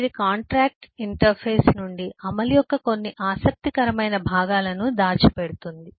ఇది contract interface నుండి అమలు యొక్క కొన్ని ఆసక్తికరమైన భాగాలను దాచిపెడుతుంది